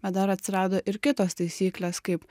bet dar atsirado ir kitos taisyklės kaip